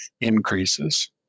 increases